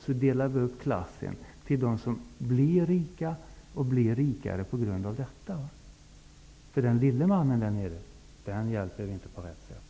Vi delar upp klasserna så att de som blir rikare blir det på grund av detta, men den lille mannen där nere hjälper vi inte på rätt sätt.